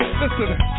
listen